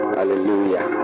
Hallelujah